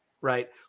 right